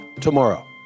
tomorrow